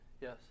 Yes